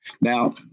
now